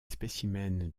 spécimens